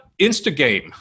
Instagame